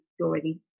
already